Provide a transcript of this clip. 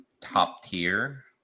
top-tier